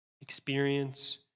experience